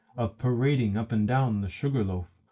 of parading up and down the sugar loaf,